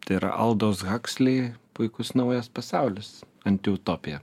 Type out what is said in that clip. tai yra aldos haksli puikus naujas pasaulis antiutopija